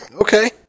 Okay